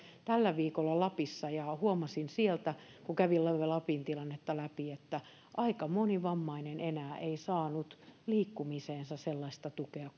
tällä viikolla lapissa ja huomasin siellä kun kävin lapin tilannetta läpi että aika moni vammainen enää ei saanut liikkumiseensa sellaista tukea